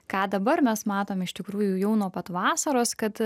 ką dabar mes matome iš tikrųjų jau nuo pat vasaros kad